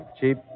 Cheap